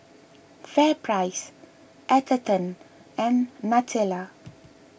FairPrice Atherton and Nutella